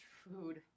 food